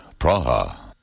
Praha